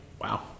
Wow